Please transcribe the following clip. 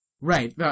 Right